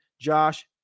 Josh